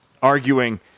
arguing